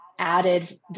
added